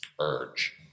urge